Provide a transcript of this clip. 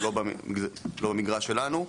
לא במגרש שלנו.